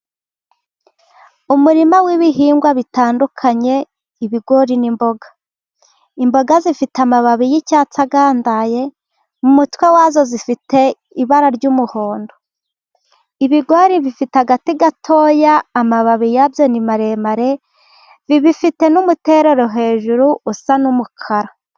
Umurima w’ibihingwa bitandukanye, ibigori n’imboga. Imboga zifite amababi y’icyatsi agandaye, mu mutwe wazo zifite ibara ry’umuhondo. Ibigori bifite agati gatoya, amababi yabyo ni maremare, ibi bifite n’umuterero hejuru usa n’umukara.